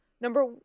Number